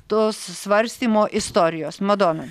tos svarstymo istorijos madona